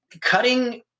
cutting